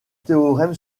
théorème